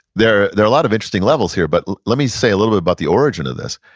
there there are a lot of interesting levels here, but let me say a little bit about the origin of this.